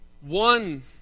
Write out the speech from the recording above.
One